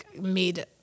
made